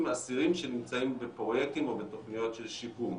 אסירים שנמצאים בפרויקטים או בתוכניות של שיקום.